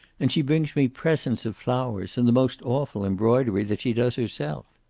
and she brings me presents of flowers and the most awful embroidery, that she does herself.